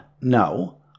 No